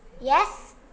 Yes